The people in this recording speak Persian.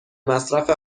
مصرف